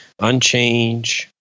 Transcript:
unchange